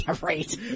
right